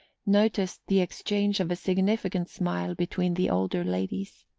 noticed the exchange of a significant smile between the older ladies.